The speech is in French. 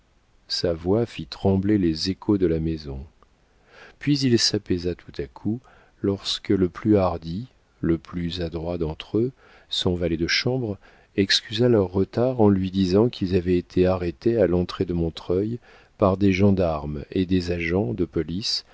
sa voix fit trembler les échos de la maison puis il s'apaisa tout à coup lorsque le plus hardi le plus adroit d'entre eux son valet de chambre excusa leur retard en lui disant qu'ils avaient été arrêtés à l'entrée de montreuil par des gendarmes et des agents de police